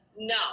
no